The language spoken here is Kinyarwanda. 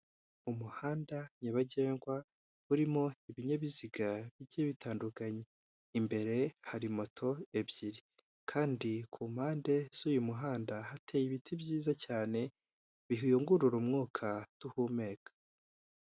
Umuhanda nyabagendwa urimo ibinyabiziga bigiye bitandukanye, imbere hari moto ebyiri kandi ku mpande z'uyu muhanda hateye ibiti byiza cyane biyungurura umwuka duhumeka.